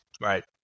right